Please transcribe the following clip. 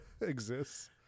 exists